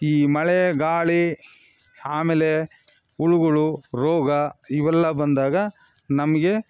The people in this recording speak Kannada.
ಈ ಮಳೆ ಗಾಳಿ ಆಮೇಲೆ ಹುಳುಗಳು ರೋಗ ಇವೆಲ್ಲ ಬಂದಾಗ ನಮಗೆ